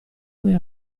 vuoi